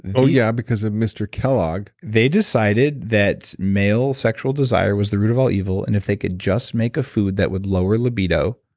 and oh yeah, because of mr. kellogg they decided that male sexual desire was the root of all evil, and if they could just make a food that would lower libido,